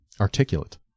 articulate